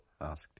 asked